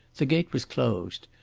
the gate was closed.